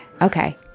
Okay